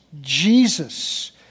Jesus